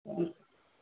മ്മ്